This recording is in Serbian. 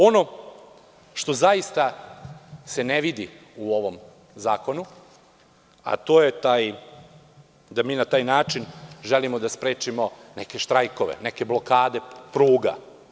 Ono što zaista se ne vidi u ovom zakonu, a to je da mi na taj način želimo da sprečimo neke štrajkove, neke blokade pruga.